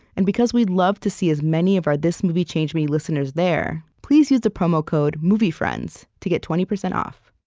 and because we'd love to see as many of our this movie changed me listeners there, please use the promo code moviefriends to get twenty percent off